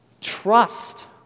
Trust